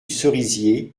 cerisier